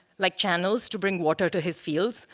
like channels to bring water to his fields,